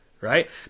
Right